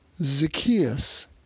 Zacchaeus